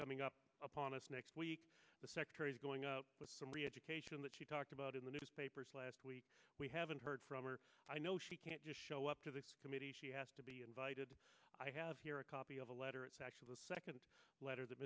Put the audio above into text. coming up upon us next week the secretary's going up with some reeducation that she talked about in the newspapers last week we haven't heard from her i know she can't just show up to this committee she has to be invited i have here a copy of a letter it's actually the second letter that